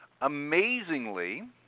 Amazingly